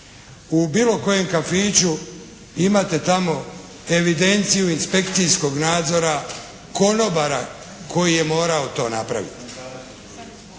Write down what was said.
u bilo kojem kafiću imate tamo evidenciju inspekcijskog nadzora konobara koji je morao to napraviti,